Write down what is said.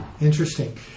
Interesting